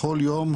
בכל יום,